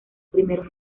primeros